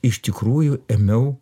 iš tikrųjų ėmiau